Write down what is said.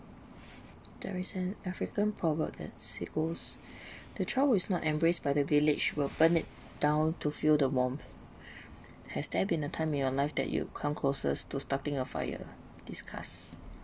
there is an african proverb that see ghost the child who is not embraced by the village will burn it down to feel the warmth has there been a time in your life that you come closest to starting a fire discuss